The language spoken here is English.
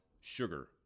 sugar